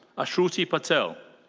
ashruti patel.